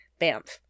BAMF